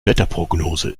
wetterprognose